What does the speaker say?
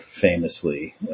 famously